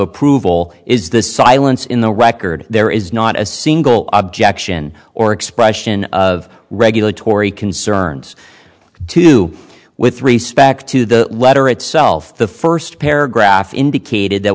approval is the silence in the record there is not a single object in or expression of regulatory concerns to with respect to the letter itself the first paragraph indicated that